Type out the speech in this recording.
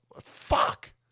Fuck